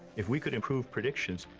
if we could improve predictions,